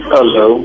Hello